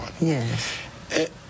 Yes